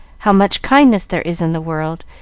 how much kindness there is in the world,